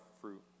fruit